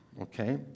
Okay